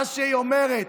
מה שהיא אומרת,